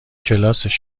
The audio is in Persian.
کلاسش